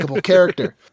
character